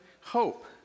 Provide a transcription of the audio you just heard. hope